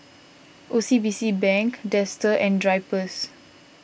O C B C Bank Dester and Drypers